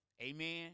Amen